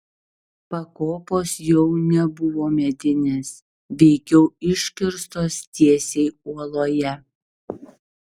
pakopos jau nebuvo medinės veikiau iškirstos tiesiai uoloje